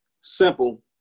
simple